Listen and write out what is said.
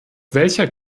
welcher